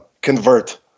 convert